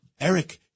Eric